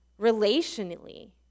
relationally